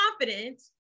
confident